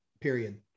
period